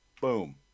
Boom